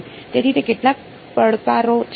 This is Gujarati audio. તેથી તે કેટલાક પડકારો છે